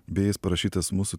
beje jis parašytas mūsų